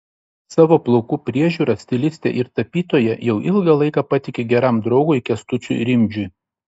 savo plaukų priežiūrą stilistė ir tapytoja jau ilgą laiką patiki geram draugui kęstučiui rimdžiui